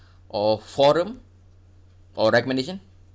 or forum or recommendation